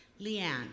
Leanne